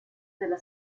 della